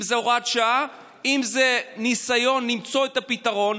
אם זה הוראת שעה ואם זה ניסיון למצוא את הפתרון,